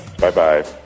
Bye-bye